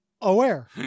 aware